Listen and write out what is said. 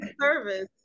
service